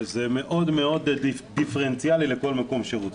זה מאוד מאוד דיפרנציאלי לכל מקום שירות.